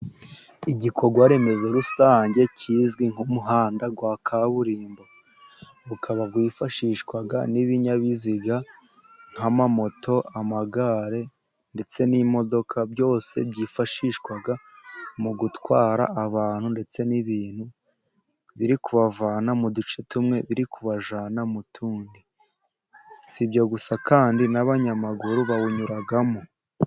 Igikorwa remezo rusange kizwi nk'umuhanda wa kaburimbo. Ukaba wifashishwa n'ibinyabiziga nk'amamoto, amagare, ndetse n'imodoka, byose byifashishwa mu gutwara abantu ndetse n'ibintu, biri kubavana mu duce tumwe, biri kubajyana mu tundi. Si ibyo gusa kandi n'abanyamaguru bawunyuramo.